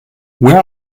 where